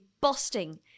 busting